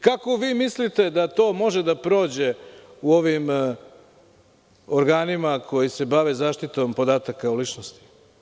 Kako vi mislite da to može da prođe u ovim organima koji se bave zaštitom podataka o ličnosti?